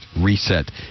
Reset